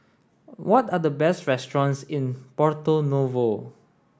what are the best restaurants in Porto Novo